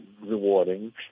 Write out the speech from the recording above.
rewarding